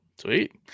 Sweet